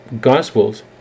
Gospels